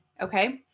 okay